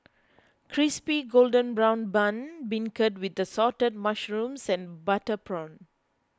Crispy Golden Brown Bun Beancurd with Assorted Mushrooms and Butter Prawn